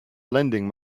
lending